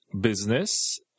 business